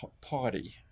party